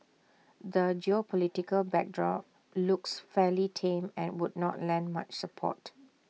the geopolitical backdrop looks fairly tame and would not lend much support